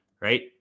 right